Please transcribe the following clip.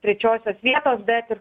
trečiosios vietos bet ir